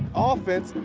ah offense,